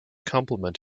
complement